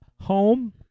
home